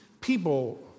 people